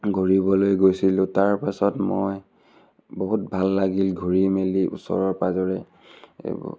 ঘূৰিবলৈ গৈছিলোঁ তাৰ পাছত মই বহুত ভাল লাগিল ঘূৰি মেলি ওচৰৰ পাঁজৰে এইবোৰ